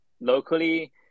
Locally